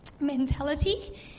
mentality